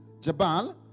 Jabal